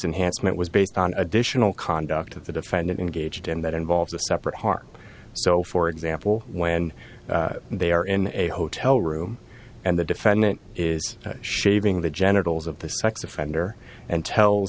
enhanced it was based on additional conduct of the defendant engaged and that involves a separate heart so for example when they are in a hotel room and the defendant is shaving the genitals of the sex offender and tell